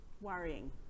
worrying